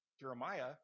Jeremiah